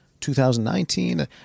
2019